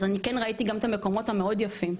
אז אני כן ראיתי גם את המקומות המאוד יפים.